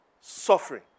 Suffering